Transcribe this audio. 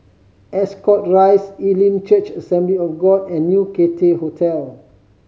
Ascot Rise Elim Church Assembly of God and New Cathay Hotel